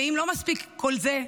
ואם לא מספיק כל זה,